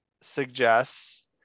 suggests